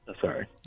sorry